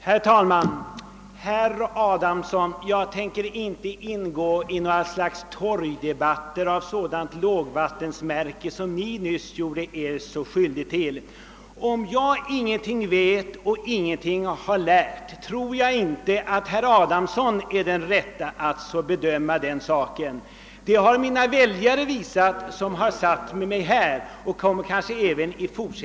Herr talman! Jag tänker inte delta i den torgdebatt i vilken herr Adamssons inlägg nyss utgör lågvattenmärket. Om jag ingenting vet och ingenting har lärt, tror jag inte att herr Adamsson är den rätte att bedöma. Det gör mina väljare som har satt mig här och de kommer även i fortsättningen bedöma mina insatser.